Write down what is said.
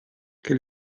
che